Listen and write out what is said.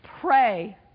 pray